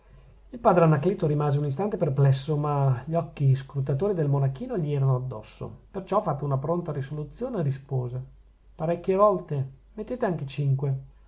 il padre anacleto rimase un istante perplesso ma gli occhi scrutatori del monachino gli erano addosso perciò fatta una pronta risoluzione rispose parecchie volte mettete anche cinque